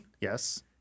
Yes